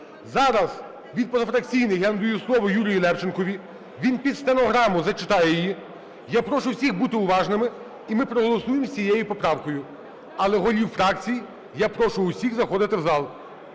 Зараз від позафракційних я надаю слово Юрію Левченкові. Він під стенограму зачитає її. Я прошу всіх бути уважними, і ми проголосуємо з цією поправкою. Але голів фракцій я прошу всіх заходити в зал,